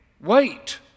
wait